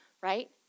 right